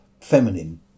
feminine